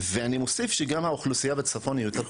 ואני מוסיף שגם האוכלוסייה בצפון היא יותר חולה.